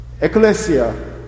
ecclesia